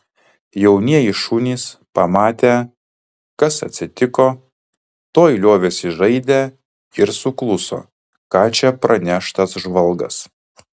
jaunieji šunys pamatę kas atsitiko tuoj liovėsi žaidę ir sukluso ką čia praneš tas žvalgas